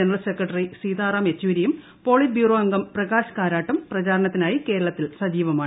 general secretary Sitaram യെച്ചൂരിയും politburo അംഗം പ്രകാശ് ്കാരാട്ടും പ്രചാരണത്തിനായി കേരളത്തിൽ സജിവമാണ്